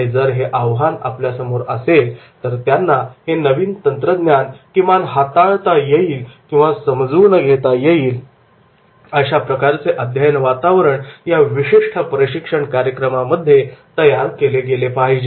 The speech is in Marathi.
आणि जर हे आव्हान आपल्यासमोर असेल तर त्यांना हे नवीन तंत्रज्ञान किमान हाताळता येईल किंवा समजून घेता येईल अशा प्रकारचे अध्ययन वातावरण या विशिष्ट प्रशिक्षण कार्यक्रमामध्ये तयार केले पाहिजे